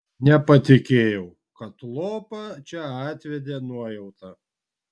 nepatikėjau kad lopą čia atvedė nuojauta